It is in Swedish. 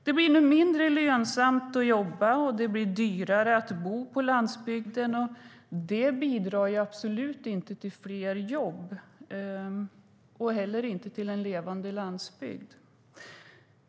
Det blir nu mindre lönsamt att jobba och dyrare att bo på landsbygden, och det bidrar ju absolut inte till fler jobb och inte heller till en levande landsbygd.